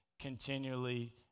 continually